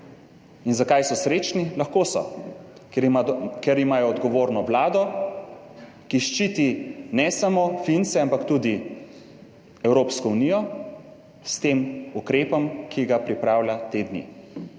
In zakaj so srečni? Lahko so, ker ima, ker imajo odgovorno vlado, ki ščiti ne samo Fince ampak tudi Evropsko unijo s tem ukrepom, ki ga pripravlja te dni.